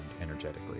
energetically